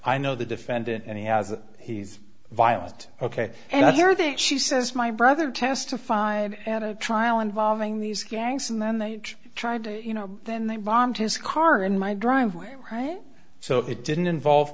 i know the defendant and he has a he's violent ok and i hear that she says my brother testified at a trial involving these gangs and then they tried to you know then they bombed his car in my driveway so it didn't involve